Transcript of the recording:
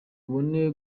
mubone